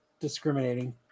discriminating